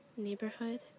Neighborhood